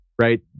Right